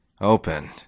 Open